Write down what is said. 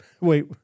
Wait